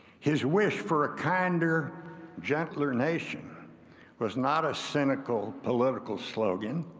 his wish for a kinder gentler nation was not a cynical, political slogan.